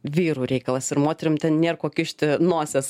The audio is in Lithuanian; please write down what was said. vyrų reikalas ir moterim ten nėr ko kišti nosies